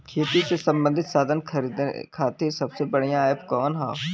खेती से सबंधित साधन खरीदे खाती सबसे बढ़ियां एप कवन ह?